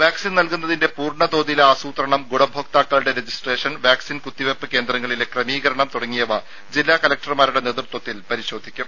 vaccine നൽകുന്നതിന്റെ പൂർണതോതിലെ ആസൂത്രണം ഗുണഭോക്താക്കളുടെ രജിസ്ട്രേഷൻ വാക്സിൻ കുത്തിവെപ്പ് കേന്ദ്രങ്ങളിലെ ക്രമീകരണം തുടങ്ങിയവ ജില്ലാ കലക്ടർമാരുടെ നേതൃത്വത്തിൽ പരിശോധിക്കും